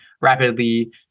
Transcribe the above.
rapidly